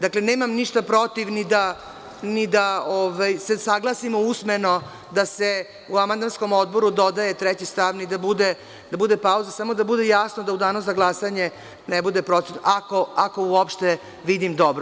Dakle, nemam ništa protiv ni da se saglasimo usmeno da se u odborskom amandmanu dodaje treći stav, ni da bude pauza, samo da bude jasno da u Danu za glasanje ne bude protiv, ako uopšte vidim dobro.